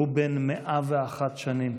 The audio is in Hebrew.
והוא בן 101 שנים.